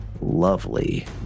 lovely